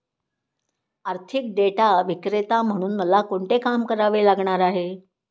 आर्थिक डेटा विक्रेता म्हणून मला कोणते काम करावे लागणार आहे?